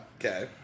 okay